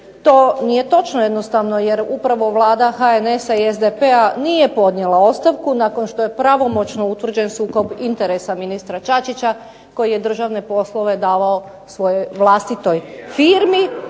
to nije točno. Jer upravo Vlada HNS-a i SDP-a nije podnijela ostavku nakon što je pravomoćno utvrđen sukob interesa ministra Čačića koji je državne poslove davao svojoj vlastitoj firmi,